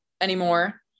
anymore